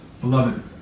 Beloved